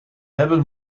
hebben